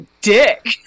dick